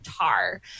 tar